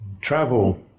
Travel